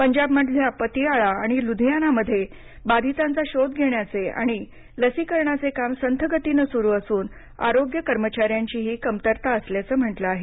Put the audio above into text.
पंजाबमधल्या पतियाळा आणि लुधियानामध्ये बाधितांचा शोध घेण्याचे आणि लसीकरणाचे काम संथ गतीने सुरु असून आरोग्य कर्मचाऱ्यांचीही कमतरता असल्याचं म्हटलं आहे